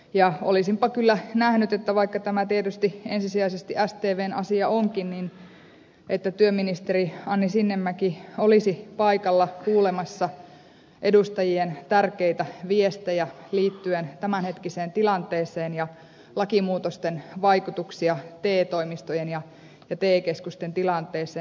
ja olisinpa kyllä nähnyt vaikka tämä tietysti ensisijaisesti stvn asia onkin että työministeri anni sinnemäki olisi paikalla kuulemassa edustajien tärkeitä viestejä liittyen tämänhetkiseen tilanteeseen ja lakimuutosten vaikutuksia te toimistojen ja te keskusten tilanteeseen